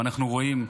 ואנחנו רואים,